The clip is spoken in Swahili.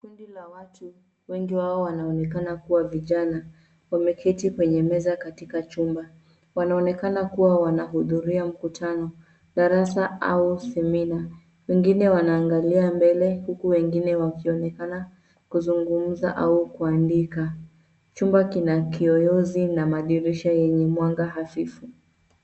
Kundi la watu wengi wao wanaonekana kuwa vijana, wameketi kwenye meza katika chumba. Wanaonekana kuwa wanahudhuria mkutano, darasa au semina. Wengine waangalia mbele huku wengine wakionekana kuzungumza au kuandika. Chumba kina kiyoyozi na madirisha yenye mwanga hafifu.